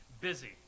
busy